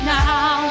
now